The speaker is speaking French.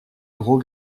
gros